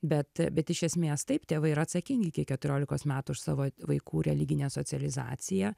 bet bet iš esmės taip tėvai yra atsakingi iki keturiolikos metų už savo vaikų religinę socializaciją